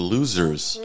Losers